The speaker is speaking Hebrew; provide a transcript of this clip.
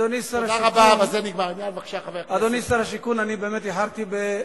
אדוני שר השיכון, אני באמת איחרתי.